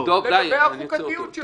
שאלות לגבי החוקתיות שלו.